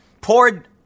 poured